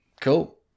Cool